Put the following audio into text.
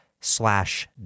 slash